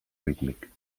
rítmic